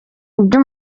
ibyo